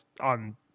on